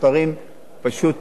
מספרים פשוט